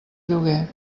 lloguer